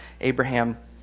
Abraham